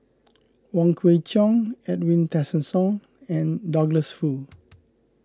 Wong Kwei Cheong Edwin Tessensohn and Douglas Foo